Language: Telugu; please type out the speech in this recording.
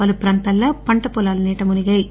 పలు ప్రాంతాల్లో పంట పొలాలు నీట మునిగి పోయాయి